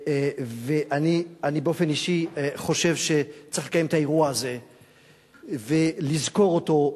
ואני באופן אישי חושב שצריך לקיים את האירוע הזה ולזכור אותו.